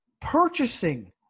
purchasing